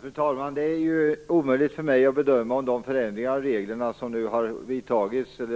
Fru talman! Det är omöjligt för mig att bedöma om de förändringar i reglerna som nu kommer